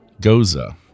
Goza